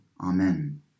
Amen